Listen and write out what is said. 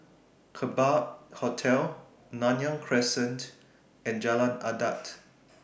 Kerbau Hotel Nanyang Crescent and Jalan Adat